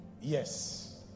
Yes